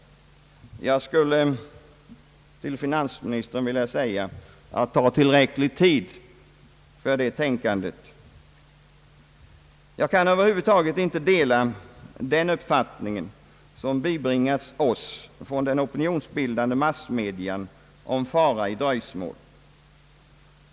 Jag skulle till finansministern vilja säga att han bör ta tillräcklig tid på sig för det tänkandet. Jag kan över huvud taget inte dela den uppfattning om fara i dröjsmål, som de opinionsbildande massmedia bibringat oss.